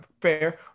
Fair